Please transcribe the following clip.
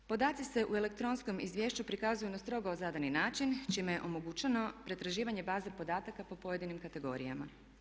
Podaci se u elektronskom izvješću prikazuju na strogo zadani način čime je omogućeno pretraživanje baze podataka po pojedinim kategorijama.